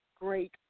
great